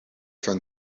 fin